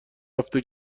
هفته